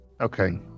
Okay